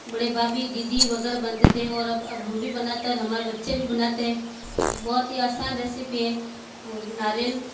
बड़े भाभी दीदी वगैरह बनते थे और अब हम भी बनाते हमारे बच्चे भी बनाते हैं बहुत ही आसान रेसिपी है वो नारियल